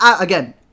again